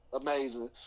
amazing